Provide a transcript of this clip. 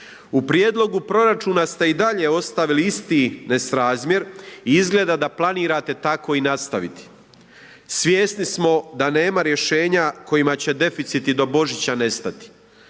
u prijedlogu proračuna ste i dalje ostavili isti nesrazmjer i izgleda da planirate tako i nastaviti. Svjesni smo da nema rješenja kojima će deficiti do Božića nestati.